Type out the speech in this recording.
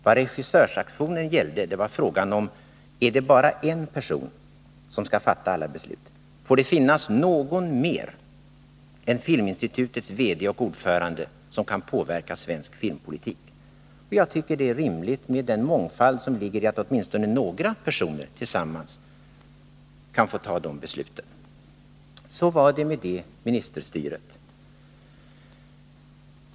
Vad regissörsaktionen gällde var frågan, om det var bara en person som skulle fatta alla beslut eller om någon mer än Filminstitutets VD och ordförande skulle kunna påverka svensk filmpolitik. Jag tycker det är en rimlig mångfald att åtminstone några personer tillsammans kan fatta de besluten. — Så var det med det ministerstyret.